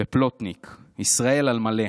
ופלוטניק, ישראל על מלא.